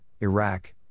Iraq